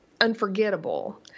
unforgettable